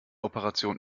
operation